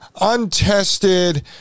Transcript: untested